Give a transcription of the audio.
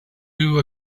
you